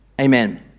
Amen